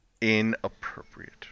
Inappropriate